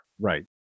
Right